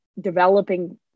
developing